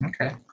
Okay